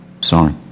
Sorry